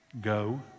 go